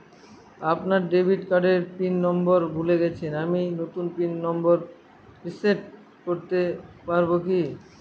আমার ডেবিট কার্ডের pin number ভুলে গেছি আমি নূতন পিন নম্বর রিসেট করতে পারবো কি?